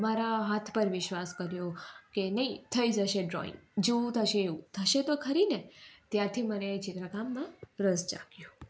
મારા હાથ પર વિશ્વાસ કર્યો કે નહીં થઈ જશે ડ્રોઈંગ જેવું થશે એવું થશે તો ખરીને ત્યારથી મને ચિત્રકામમાં રસ જાગ્યો